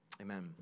amen